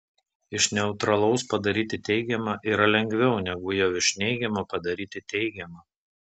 iš neutralaus padaryti teigiamą yra lengviau negu jau iš neigiamo padaryti teigiamą